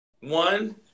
One